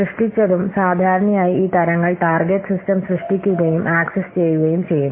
സൃഷ്ടിച്ചതും സാധാരണയായി ഈ തരങ്ങൾ ടാർഗെറ്റ് സിസ്റ്റം സൃഷ്ടിക്കുകയും ആക്സസ് ചെയ്യുകയും ചെയ്യുന്നു